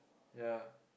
ya